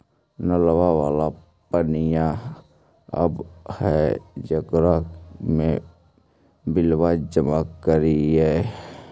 नलवा वाला पनिया आव है जेकरो मे बिलवा जमा करहिऐ?